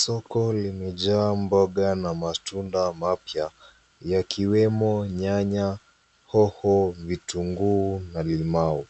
Soko limejaa mboga na matunda mapya, yakiwemo nyanya, hoho, vitunguu na limau.